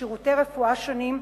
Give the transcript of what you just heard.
לשירותי רפואה שונים,